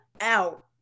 out